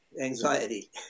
anxiety